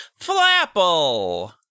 Flapple